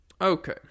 Okay